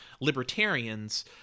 libertarians